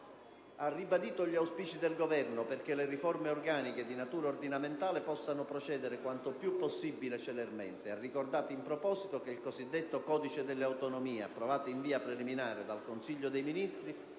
ha ribadito gli auspici del Governo perché le riforme organiche di natura ordinamentale possano procedere quanto più possibile celermente. Ha ricordato, in proposito, che il cosiddetto codice delle autonomie, approvato in via preliminare dal Consiglio dei ministri